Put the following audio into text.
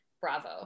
bravo